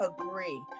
agree